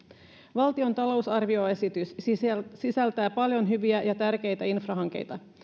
valtion talousarvioesitys sisältää paljon hyviä ja tärkeitä infrahankkeita